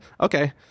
Okay